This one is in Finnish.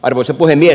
arvoisa puhemies